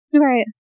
Right